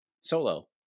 Solo